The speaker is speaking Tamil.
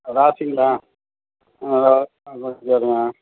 ராசிங்களா ஹலோ